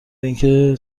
اینکه